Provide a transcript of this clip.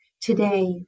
today